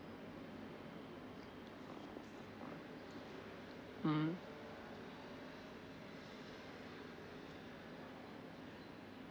mmhmm